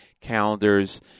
calendars